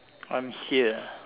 I'm here